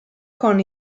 con